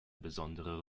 besondere